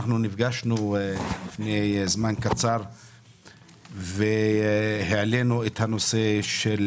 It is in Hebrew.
בפגישה שקיימנו לפני זמן קצר העלינו את הנושא של